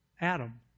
Adam